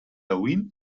aaiún